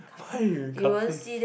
why you